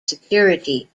security